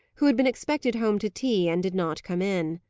who had been expected home to tea, and did not come in.